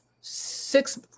six